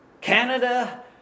Canada